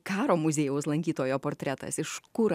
karo muziejaus lankytojo portretas iš kur